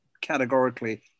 categorically